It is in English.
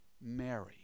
Mary